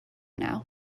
now